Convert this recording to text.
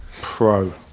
Pro